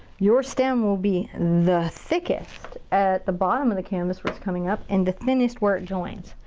your stem will be the thickest at the bottom of the canvas where it's coming up and the thinnest where it joins.